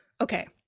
okay